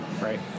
right